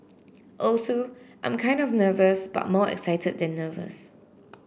also I'm kind of nervous but more excited than nervous